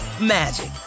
magic